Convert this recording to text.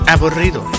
Aburrido